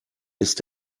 ist